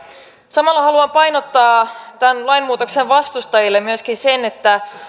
samalla haluan painottaa tämän lainmuutoksen vastustajille myöskin sitä että